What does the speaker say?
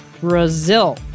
Brazil